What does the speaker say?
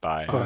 Bye